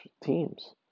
Teams